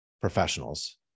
professionals